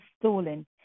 stolen